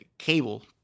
cable